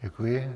Děkuji.